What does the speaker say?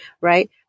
right